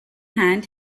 hand